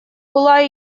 была